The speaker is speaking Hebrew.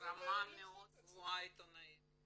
עם רמה עיתונאית מאוד גבוהה.